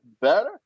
better